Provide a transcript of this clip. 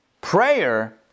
prayer